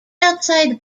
outside